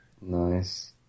Nice